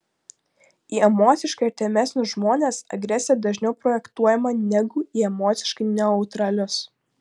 į emociškai artimesnius žmones agresija dažniau projektuojama negu į emociškai neutralius